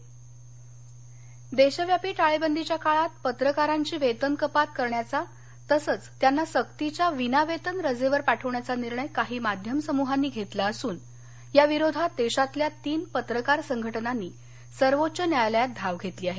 सर्वोच्च न्यायालय देशव्यापी टाळेबंदीच्या काळात पत्रकारांची वेतन कपात करण्याचा तसंच त्यांना सक्तीच्या विनावेतन रजेवर पाठवण्याचा निर्णय काही माध्यम समूहांनी घेतला असून याविरोधात देशातल्या तीन पत्रकार संघटनांनी सर्वोच्च न्यायालयात धाव घेतली आहे